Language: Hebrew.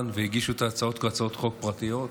והגישו את ההצעות כהצעות חוק פרטיות.